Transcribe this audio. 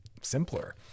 simpler